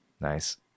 Nice